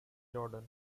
jordan